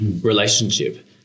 relationship